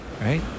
right